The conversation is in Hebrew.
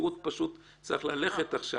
כי הוא פשוט צריך ללכת עכשיו.